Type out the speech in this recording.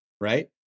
Right